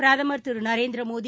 பிரதமர் திருநரேந்திரமோடி